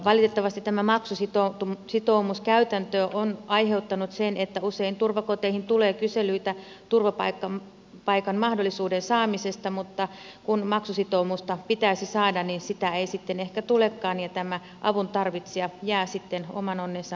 valitettavasti tämä maksusitoumuskäytäntö on aiheuttanut sen että usein turvakoteihin tulee kyselyitä turvapaikan mahdollisuuden saamisesta mutta kun maksusitoumusta pitäisi saada niin sitä ei sitten ehkä tulekaan ja tämä avun tarvitsija jää sitten oman onnensa nojaan